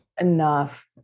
enough